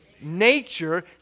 Nature